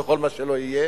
וכל מה שלא יהיה,